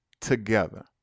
Together